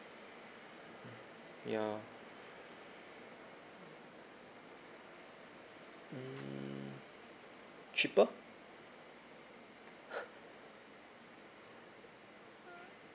ya mm cheaper